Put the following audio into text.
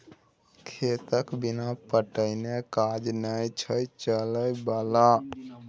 खेतके बिना पटेने काज नै छौ चलय बला